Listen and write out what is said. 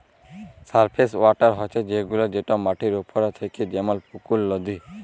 surface water হছে সেগুলা যেট মাটির উপরে থ্যাকে যেমল পুকুর, লদী